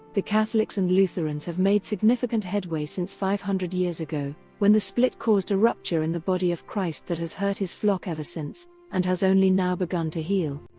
the catholics and lutherans have made significant headway since five hundred years ago when the split caused a rupture in the body of christ that has hurt his flock ever since and has only now begun to heal.